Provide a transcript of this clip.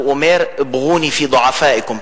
הוא אומר: אִבְּע'וּנִי פִי צֻ'עַפַאאִכֻּם,